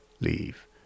leave